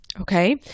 okay